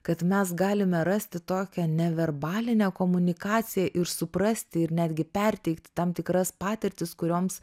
kad mes galime rasti tokią neverbalinę komunikaciją ir suprasti ir netgi perteikti tam tikras patirtis kurioms